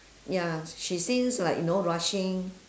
ya she seems like you know rushing